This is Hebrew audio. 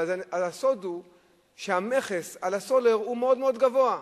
הסוד הוא שהמכס על הסולר הוא מאוד גבוה.